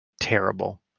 terrible